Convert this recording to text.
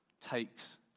takes